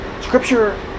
Scripture